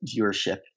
viewership